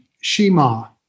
Shima